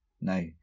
No